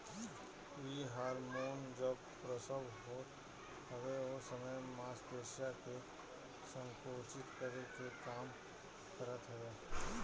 इ हार्मोन जब प्रसव होत हवे ओ समय मांसपेशियन के संकुचित करे के काम करत हवे